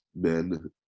men